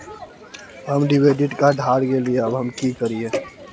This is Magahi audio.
हमर डेबिट कार्ड हरा गेले अब हम की करिये?